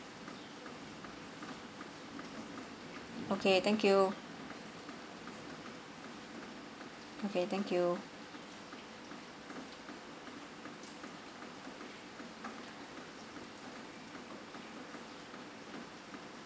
okay thank you okay thank you